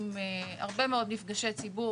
עם הרבה מאוד מפגשי ציבור,